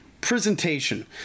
Presentation